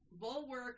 bulwark